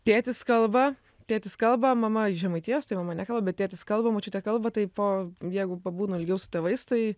tėtis kalba tėtis kalba mama iš žemaitijos tai mama nekalba bet tėtis kalba močiutė kalba taip po jeigu pabūnu ilgiau su tėvais tai